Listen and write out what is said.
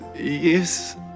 yes